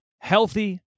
Healthy